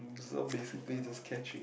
so basically just catching